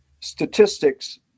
Statistics